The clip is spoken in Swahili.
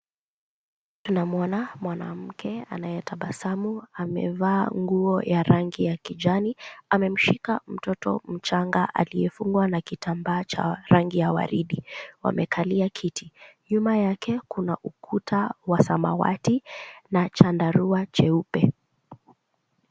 Tunamuona mwanamke anayetabasamu amevaa nguo ya rangi ya kijani amemshika mtoto mchanga aliyefungwa na kitambaa cha rangi ya waridi, wamekalia kiti. Nyuma yake kuna ukuta wa samawati na chandarua cheupe.